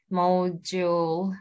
module